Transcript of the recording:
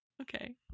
Okay